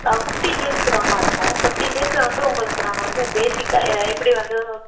fifteen டேஸ்க்குதாம்மா இருக்கும் fifteen டேஸில் வந்து உங்களுக்கு நாங்கள் வந்து பேஸிக்காக எ எப்படி வந்து